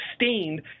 sustained